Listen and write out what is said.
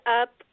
up